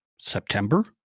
September